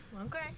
Okay